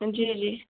जी जी